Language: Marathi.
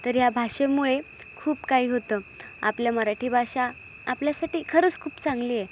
तर या भाषेमुळे खूप काही होतं आपल्या मराठी भाषा आपल्यासाठी खरंच खूप चांगली आहे